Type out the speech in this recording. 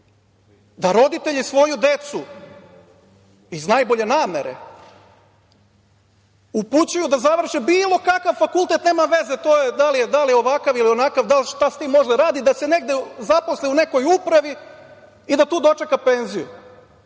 da roditelji svoju decu iz najbolje namere upućuju da završe bilo kakav fakultet, nema veze da li je ovakav ili onakav, šta sa time može da radi, da se negde zaposli u nekoj upravi i da tu dočeka penziju.